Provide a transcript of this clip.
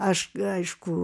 aš aišku